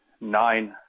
nine